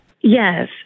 Yes